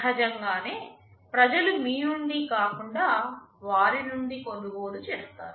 సహజంగానే ప్రజలు మీ నుండి కాకుండా వారి నుండి కొనుగోలు చేస్తారు